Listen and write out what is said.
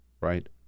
right